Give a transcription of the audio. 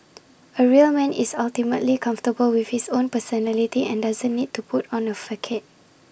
A real man is ultimately comfortable with his own personality and doesn't need to put on A facade